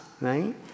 right